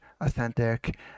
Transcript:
authentic